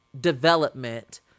development